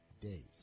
days